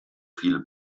viele